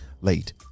late